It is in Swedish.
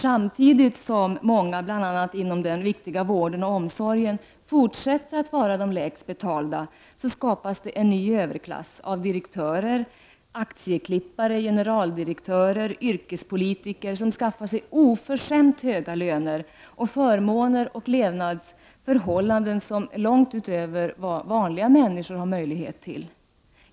Samtidigt som många bl.a. inom den viktiga vården och omsorgen fortsätter att vara de lägst betalda, skapas det en ny överklass av direktörer, aktieklippare, generaldirektörer och yrkespolitiker, som skaffar sig oförskämt höga löner, förmåner och levnadsförhållanden långt utöver vad vanliga människor har möjlighet till.